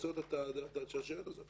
השאלה אם אנחנו רוצים לעצור את השרשרת הזאת.